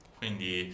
quindi